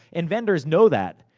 and, vendors know that.